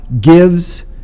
gives